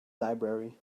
library